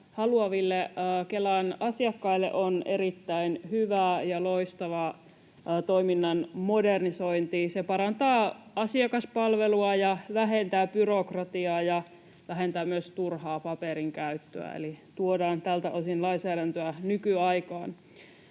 haluaville Kelan asiakkaille on erittäin hyvä ja loistava toiminnan modernisointi. Se parantaa asiakaspalvelua ja vähentää byrokratiaa ja vähentää myös turhaa paperinkäyttöä, eli tuodaan tältä osin lainsäädäntöä nykyaikaan.